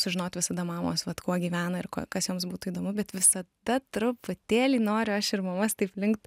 sužinot visada mamos vat kuo gyvena ir kas joms būtų įdomu bet visada truputėlį noriu aš ir mamas taip linkt